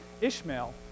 Ishmael